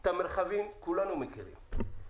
את המרחבים כולנו מכירים.